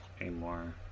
anymore